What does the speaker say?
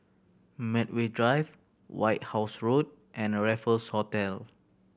Medway Drive White House Road and Raffles Hotel